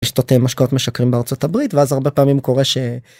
רשתות משקאות משכרים בארצות הברית ואז הרבה פעמים קורה ש.